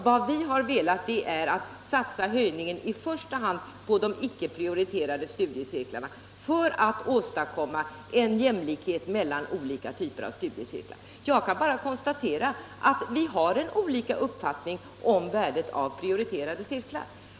Vad vi har velat göra är att i första hand satsa höjningen på de icke prioriterade studiecirklarna för att åstadkomma jämlikhet mellan olika typer av studiecirklar. Jag kan bara konstatera att vi har olika uppfattningar om värdet av prioriterade cirklar.